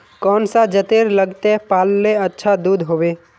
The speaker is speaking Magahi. कौन सा जतेर लगते पाल्ले अच्छा दूध होवे?